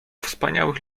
wspaniałych